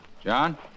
John